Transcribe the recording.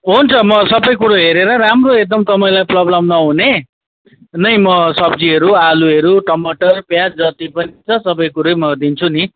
हुन्छ म सबै कुरो हेरेर राम्रो एकदम तपाईँलाई प्रोब्लम नहुने नै म सब्जीहरू आलुहरू टमाटर प्याज जति पनि छ सबै कुरै म दिन्छु नि